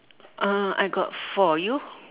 uh I got four you